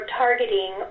targeting